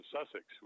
Sussex